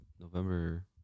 November